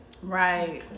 right